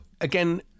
again